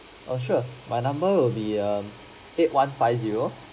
oh sure my number will be um eight one five zero